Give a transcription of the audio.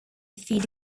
feed